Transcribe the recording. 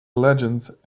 legends